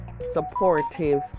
supportive